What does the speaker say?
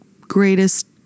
greatest